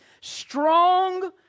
strong